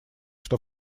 что